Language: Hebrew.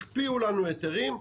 הקפיאו לנו היתרים,